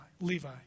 Levi